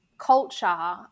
culture